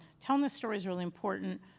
telling the story is really important.